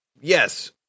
yes